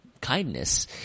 kindness